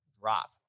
drop